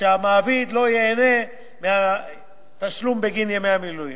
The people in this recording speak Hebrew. ושהמעביד לא ייהנה מהתשלום בגין ימי המילואים.